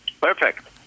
Perfect